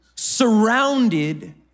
surrounded